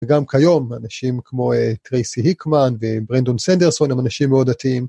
וגם כיום אנשים כמו טרייסי היקמן וברנדון סנדרסון הם אנשים מאוד דתיים.